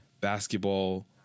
basketball